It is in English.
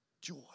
Joy